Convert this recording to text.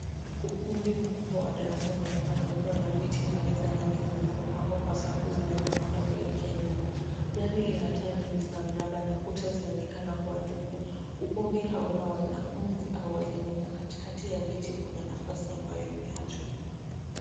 Ukumbi mkubwa wa darasa unaonekana ukiwa na viti na meza nyingi zilizopangwa kwa safu zinazopanda kuelekea nyuma. Dari ina taa nyingi za mraba na kuta zinaonekana kuwa tupu. Ukumbi hauna wanafunzi au walimu na katikati ya viti kuna nafasi ambayo imeachwa.